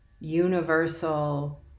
universal